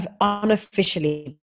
unofficially